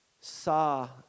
saw